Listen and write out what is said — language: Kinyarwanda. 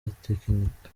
itekinika